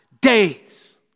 days